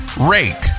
rate